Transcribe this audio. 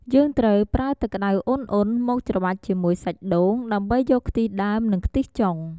យើងត្រូវប្រើទឹកក្តៅអ៊ុនៗមកច្របាច់ជាមួយសាច់ដូង ដើម្បីយកខ្ទិះដើម និងខ្ទិះចុង។